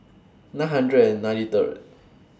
nine hundred and ninety Third